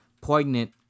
poignant